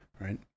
right